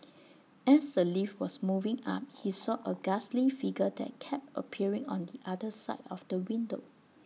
as the lift was moving up he saw A ghastly figure that kept appearing on the other side of the window